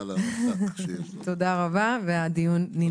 תודה רבה, הדיון ננעל.